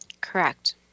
Correct